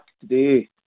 today